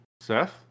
Seth